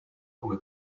come